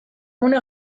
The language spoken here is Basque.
gune